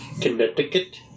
Connecticut